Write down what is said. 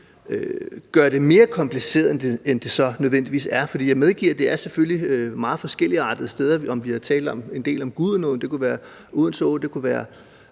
gør det mere kompliceret, end det nødvendigvis er. For jeg medgiver, at det selvfølgelig er meget forskelligartede steder. Vi har talt en del om Gudenåen, men det kunne også være Odense Å, og det kunne være